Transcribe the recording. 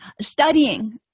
Studying